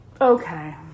Okay